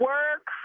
Work